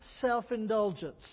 self-indulgence